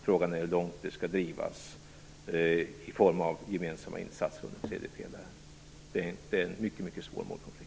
Frågan är hur långt det skall drivas i form av gemensamma insatser under tredje pelaren. Det är en mycket svår målkonflikt.